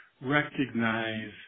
recognize